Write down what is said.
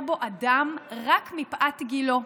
שלפי החוק שבמדינת ישראל ניתן לפטר בו אדם רק מפאת גילו,